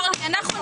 האידיאולוגיה.